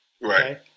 Right